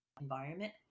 environment